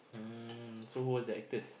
mm so who was the actors